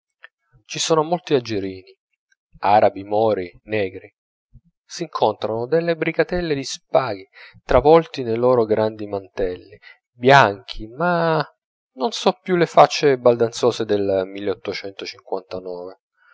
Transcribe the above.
ci son molti algerini arabi mori negri s'incontrano delle brigatelle di spahi ravvolti nei loro grandi mantelli bianchi ma non son più le faccie baldanzose del